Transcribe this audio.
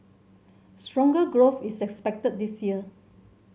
stronger growth is expected this year